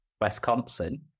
Wisconsin